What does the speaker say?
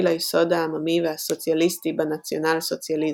ליסוד העממי וה"סוציאליסטי" בנציונל-סוציאליזם.